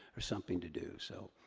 or something to do. so,